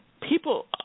people